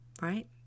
right